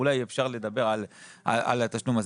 אולי אפשר יהיה לדבר על התשלום הזה.